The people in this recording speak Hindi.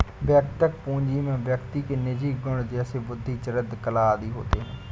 वैयक्तिक पूंजी में व्यक्ति के निजी गुण जैसे बुद्धि, चरित्र, कला आदि होते हैं